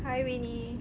hi winnie